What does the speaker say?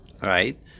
right